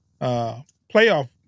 playoff